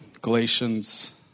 Galatians